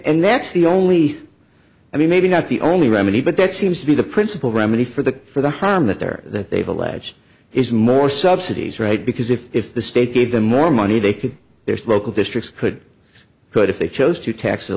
and that's the only i mean maybe not the only remedy but that seems to be the principal remedy for the for the harm that they're that they've alleged is more subsidies right because if the state gave them more money they could their local districts could could if they chose to tax